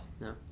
No